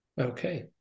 Okay